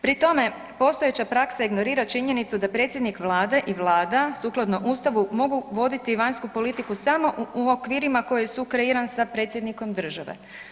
Pri tome postojeća praksa ignorira činjenicu da predsjednik Vlade i Vlada sukladno Ustavu mogu voditi vanjsku politiku samo u okvirima koje sukreira sa predsjednikom države.